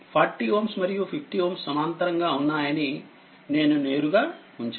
40Ωమరియు50Ωసమాంతరంగాఉన్నాయనినేనునేరుగా ఉంచాను